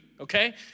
okay